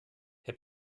herr